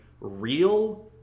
real